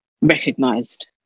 recognised